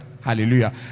hallelujah